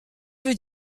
veut